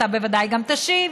אתה ודאי גם תשיב,